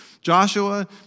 Joshua